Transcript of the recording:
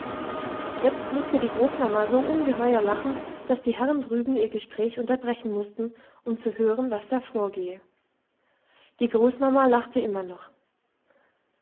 jetzt mußte die großmama so ungeheuer lachen daß die herren drüben ihr gespräch unterbrechen mußten um zu hören was da vorgehe die großmama lachte immer noch